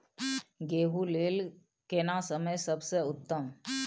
गेहूँ लेल केना समय सबसे उत्तम?